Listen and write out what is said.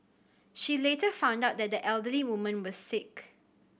she later found out that the elderly woman was sick